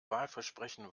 wahlversprechen